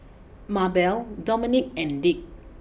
Mabelle Domonique and Dick